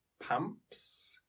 pumps